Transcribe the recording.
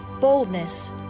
boldness